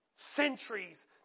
centuries